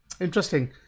Interesting